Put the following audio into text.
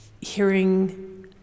hearing